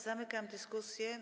Zamykam dyskusję.